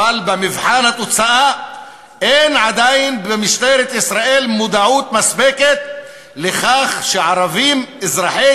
אבל במבחן התוצאה אין עדיין במשטרת ישראל מודעות מספקת לכך שערבים אזרחי